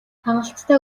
хангалттай